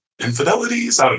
infidelities